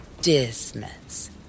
Dismiss